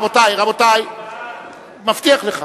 רבותי, רבותי,